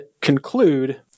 conclude